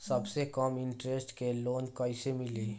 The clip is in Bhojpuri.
सबसे कम इन्टरेस्ट के लोन कइसे मिली?